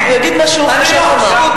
הוא יגיד מה שהוא חושב לומר.